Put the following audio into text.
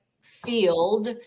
field